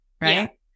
right